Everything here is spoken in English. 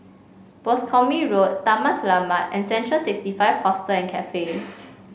Boscombe Road Taman Selamat and Central sixty five Hostel and Cafe